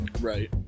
Right